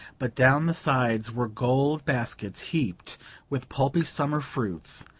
but down the sides were gold baskets heaped with pulpy summer fruits-figs,